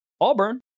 Auburn